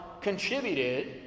contributed